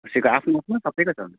कसैको आफ्नो छ कसैको छ